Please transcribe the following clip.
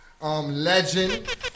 legend